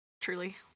truly